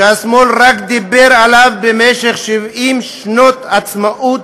שהשמאל רק דיבר עליו במשך 70 שנות עצמאות